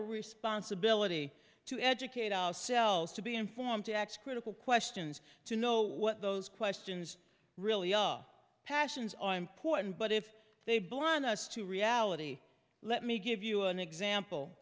a responsibility to educate ourselves to be informed to x critical questions to know what those questions really are passions are important but if they bore on us to reality let me give you an example